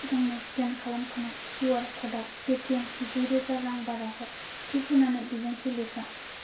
सिगांनि स्केन खालामखानाय किउआर क'डाव पेटिएम जिरोजा रां बारा हर टिप होनानै बिबुंथि लिरफा